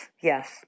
yes